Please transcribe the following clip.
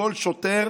כל שוטר